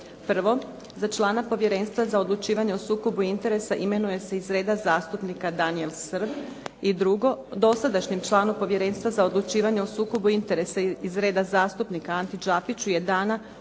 Prvo, za člana Povjerenstva za odlučivanje o sukobu interesa imenuje se iz reda zastupnika Danijel Srb. I drugo, dosadašnjem članu Povjerenstva za odlučivanje o sukobu interesa iz reda zastupnika Anti Đapiću je dana 4.